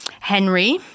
Henry